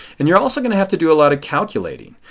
and you are also going to have to do a lot of calculating.